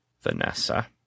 Vanessa